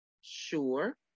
Sure